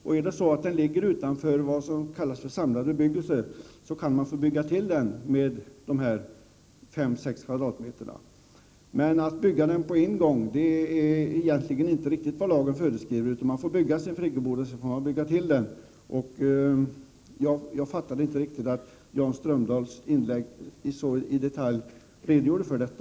Ligger friggeboden utanför vad som kallas samlad bebyggelse kan man få bygga till med 5-6 m?. Men att på en gång bygga-en friggebod som är 16 m? är inte riktigt vad lagen föreskriver. Man får bygga sin friggebod på 10 m?, och sedan får man bygga till den. Jag uppfattade inte riktigt att Jan Strömdahl i sitt inlägg redogjorde för detta.